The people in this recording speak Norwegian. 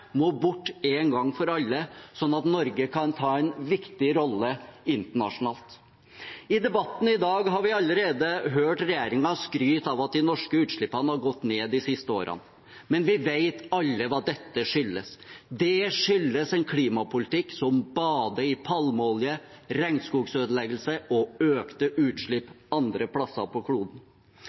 må bort en gang for alle, sånn at Norge kan ta en viktig rolle internasjonalt. I debatten i dag har vi allerede hørt regjeringen skryte av at de norske utslippene har gått ned de siste årene, men vi vet alle hva dette skyldes. Det skyldes en klimapolitikk som bader i palmeolje, regnskogødeleggelse og økte utslipp andre steder på kloden.